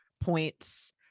points